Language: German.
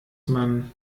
man